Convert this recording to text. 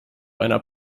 einer